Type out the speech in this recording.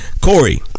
Corey